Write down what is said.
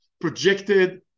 projected